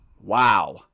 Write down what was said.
Wow